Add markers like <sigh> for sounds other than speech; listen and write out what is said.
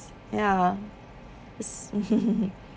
ya <laughs>